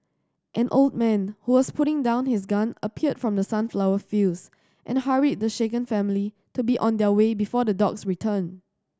an old man who was putting down his gun appeared from the sunflower fields and hurried the shaken family to be on their way before the dogs return